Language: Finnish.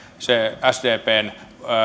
se sdpn